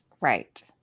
Right